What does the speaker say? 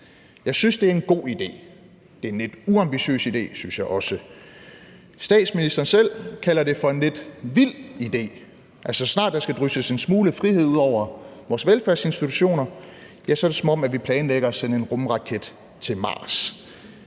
Jeg synes, det er en god idé. Det er en lidt uambitiøs idé, synes jeg også. Statsministeren selv kalder det for en lidt vild idé. Så snart der skal drysses en smule frihed ud over vores velfærdsinstitutioner, ja, så er det, som om vi planlægger at sende en rumraket til Mars.